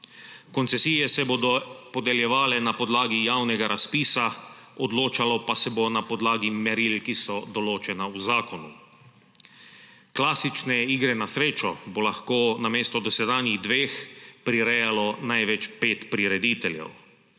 Koncesije se bodo podeljevale na podlagi javnega razpisa, odločalo pa se bo na podlagi meril, ki so določena v zakonu. Klasične igre na srečo bo lahko namesto dosedanjih dveh prirejalo največ pet prirediteljev.